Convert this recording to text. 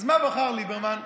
אז מה בחר ליברמן?